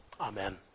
Amen